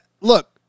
look